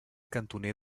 cantoner